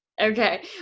Okay